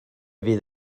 fydd